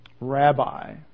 rabbi